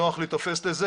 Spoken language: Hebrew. זה נוח להיתפס לזה,